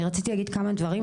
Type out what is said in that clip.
אני רציתי להגיד כמה דברים,